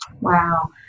Wow